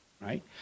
right